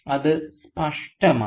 അത് സ്പഷ്ടമാണ്